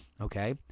okay